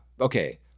okay